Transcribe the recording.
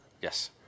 Yes